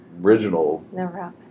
original